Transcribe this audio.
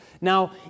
Now